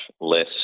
less